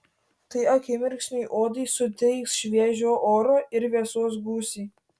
tai akimirksniui odai suteiks šviežio oro ir vėsos gūsį